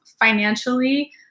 financially